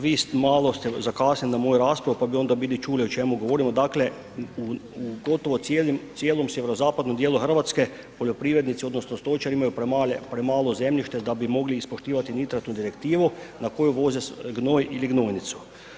Vi malo ste zakasnili na moju raspravu pa bi onda bili čuli o čemu govorimo, dakle u gotovo cijelom sjeverozapadnom djelu Hrvatske, poljoprivrednici odnosno stočari imaju premalo zemljište da bi mogli ispoštivati nitratnu direktivu na koju voze gnoj ili gnojnicu.